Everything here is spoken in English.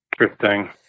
Interesting